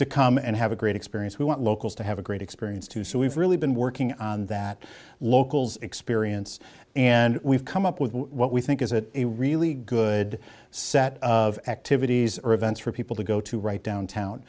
to come and have a great experience we want locals to have a great experience too so we've really been working on that locals experience and we've come up with what we think is it a really good set of activities or events for people to go to ri